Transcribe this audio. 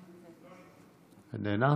איננה,